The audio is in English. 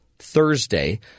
Thursday